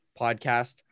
podcast